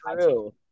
true